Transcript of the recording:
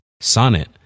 Sonnet